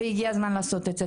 והגיע הזמן לעשות את זה.